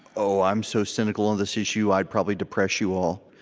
so i'm so cynical on this issue. i'd probably depress you all.